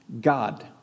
God